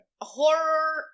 horror